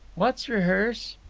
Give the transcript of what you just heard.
what's rehearse?